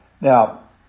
Now